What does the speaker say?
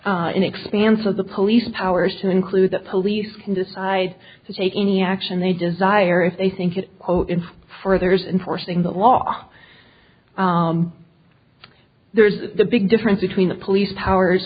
an expanse of the police powers to include the police can decide to take any action they desire if they think it furthers enforcing the law there's the big difference between the police powers